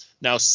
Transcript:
Now